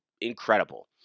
incredible